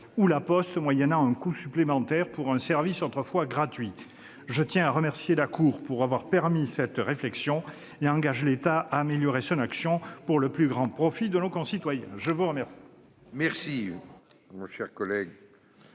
de La Poste, moyennant un coût supplémentaire pour un service autrefois gratuit. Cela dit, je tiens à remercier la Cour d'avoir permis cette réflexion, et engage l'État à améliorer son action pour le plus grand profit de nos concitoyens. La parole